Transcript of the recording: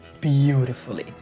beautifully